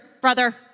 brother